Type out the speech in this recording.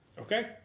Okay